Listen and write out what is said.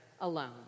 alone